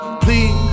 please